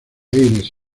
aires